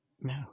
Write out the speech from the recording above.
no